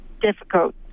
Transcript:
difficult